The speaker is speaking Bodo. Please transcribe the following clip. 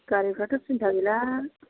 गारिफ्राथ' सिन्था गैला